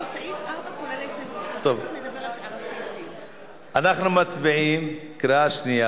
אנחנו עוברים להסתייגות מס' 13,